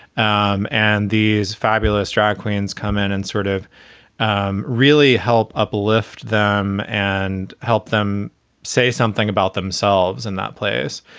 um and these fabulous drag queens come in and sort of um really help uplift them and help them say something about themselves in that place.